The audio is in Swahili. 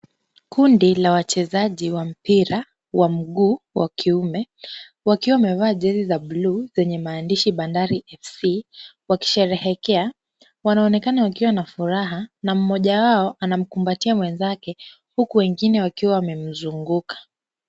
Kundi la wachezaji wa mpira wa mguu, wa kiume, wakiwa wamevaa jezi za bluu zenye maandishi Bandari FC, wakisherehekea, wanaonekana wakiwa na furaha na mmoja wao anamkumbatia mwenzake huku wengine wakiwa wamemzunguka.